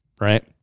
right